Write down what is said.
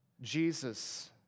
Jesus